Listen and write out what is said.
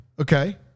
Okay